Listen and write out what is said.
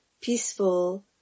peaceful